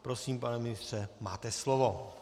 Prosím, pane ministře, máte slovo.